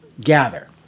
gather